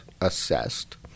assessed